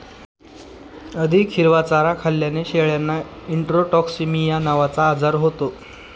अधिक हिरवा चारा खाल्ल्याने शेळ्यांना इंट्रोटॉक्सिमिया नावाचा आजार होतो